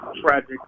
tragic